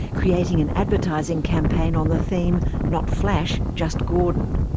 creating an advertising campaign on the theme not flash, just gordon'.